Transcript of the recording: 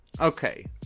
okay